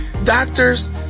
Doctors